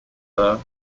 though